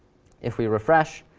if we refresh,